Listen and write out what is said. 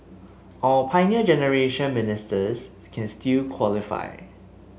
our Pioneer Generation Ministers can still qualify